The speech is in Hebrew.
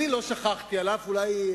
אני לא שכחתי אף, אולי,